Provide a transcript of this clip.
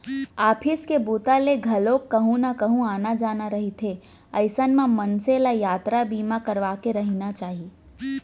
office के बूता ले घलोक कहूँ न कहूँ आना जाना रहिथे अइसन म मनसे ल यातरा बीमा करवाके रहिना चाही